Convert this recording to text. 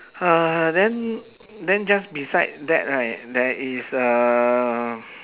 uh then then just beside that right there is uh